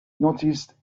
noticed